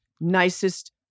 nicest